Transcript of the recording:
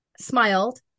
smiled